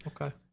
okay